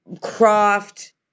Croft